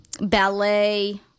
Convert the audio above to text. ballet